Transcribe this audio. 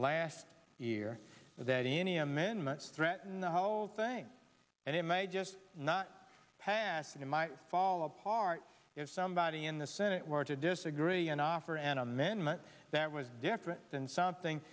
last year that any amendments threaten the whole thing and it may just not pass in my fall apart if somebody in the senate were to disagree and offer an amendment that was different than something